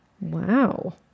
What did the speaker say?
wow